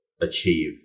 achieve